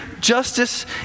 justice